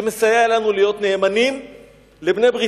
שמסייע לנו להיות נאמנים לבעלי-בריתנו.